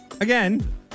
Again